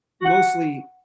mostly